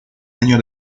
año